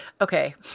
okay